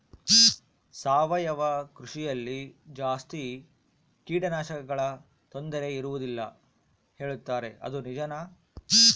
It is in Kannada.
ಸಾವಯವ ಕೃಷಿಯಲ್ಲಿ ಜಾಸ್ತಿ ಕೇಟನಾಶಕಗಳ ತೊಂದರೆ ಇರುವದಿಲ್ಲ ಹೇಳುತ್ತಾರೆ ಅದು ನಿಜಾನಾ?